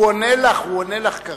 הוא עונה לך כרגע.